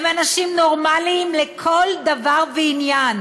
הם אנשים נורמליים לכל דבר ועניין.